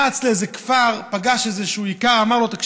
רץ לאיזה כפר, פגש איזה איכר, אמר לו: תקשיב,